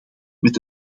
met